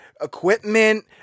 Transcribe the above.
equipment